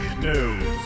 news